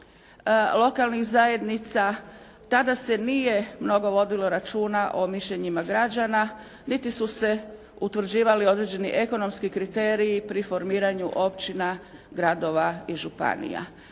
lokalnih zajednica tada se nije mnogo vodilo računa o mišljenjima građana, niti su se utvrđivali određeni ekonomski kriteriji pri formiranju općina, gradova i županija.